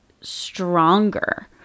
stronger